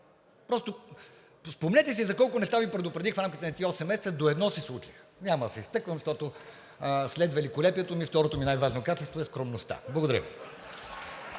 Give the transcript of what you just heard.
видите. Спомнете си за колко неща Ви предупредих в рамките на тези осем месеца – до едно се случиха. Няма да се изтъквам, защото след великолепието ми, второто ми най-важно качество е скромността. Благодаря Ви.